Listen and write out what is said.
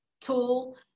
tool